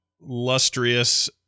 lustrous